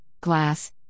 glass